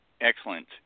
excellent